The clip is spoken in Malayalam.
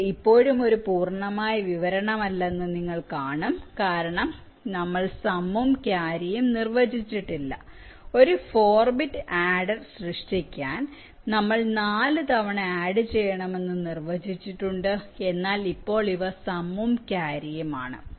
ഇത് ഇപ്പോഴും ഒരു പൂർണ്ണമായ വിവരണമല്ലെന്ന് നിങ്ങൾ ഇപ്പോൾ കാണും കാരണം നമ്മൾസം ഉം ക്യാരിയും നിർവചിച്ചിട്ടില്ല ഒരു 4 ബിറ്റ് ആഡ്ഡർ സൃഷ്ടിക്കാൻ നമ്മൾ4 തവണ ആഡ് ചെയ്യണമെന്ന് നമ്മൾ നിർവചിച്ചിട്ടുണ്ട് എന്നാൽ ഇപ്പോൾ ഇവ സം ഉം ക്യാരിയും ആണ്